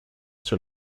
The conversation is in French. sur